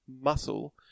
muscle